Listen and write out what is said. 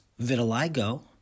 vitiligo